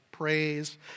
praise